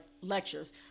lectures